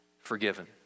forgiven